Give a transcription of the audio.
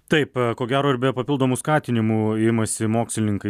taip ko gero ir be papildomų skatinimų imasi mokslininkai